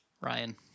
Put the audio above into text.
Ryan